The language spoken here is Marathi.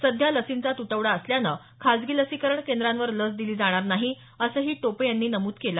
सध्या लसींचा तुटवडा असल्यानं खाजगी लसीकरण केंद्रांवर लस दिली जाणार नाही असंही टोपे यांनी नमूद केलं